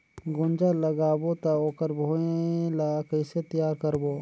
गुनजा लगाबो ता ओकर भुईं ला कइसे तियार करबो?